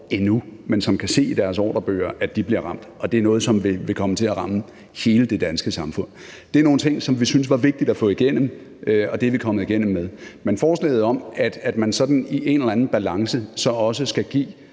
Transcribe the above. endnu, men som kan se i deres ordrebøger, at de bliver ramt, og det er noget, som vil komme til at ramme hele det danske samfund. Det er nogle ting, som vi synes var vigtige at få igennem, og det er vi kommet igennem med. Men forslaget om, at man sådan i en eller anden balance også skal give